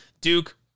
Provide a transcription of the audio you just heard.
Duke